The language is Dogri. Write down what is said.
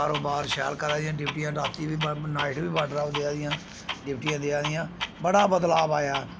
कारोबार शैल करा दी न डिप्टियां रातीं बी नाइट बी बार्डरें उप्पर देआ दी ना डिप्टी देआ दियां बड़ा बदलाव आया